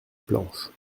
planche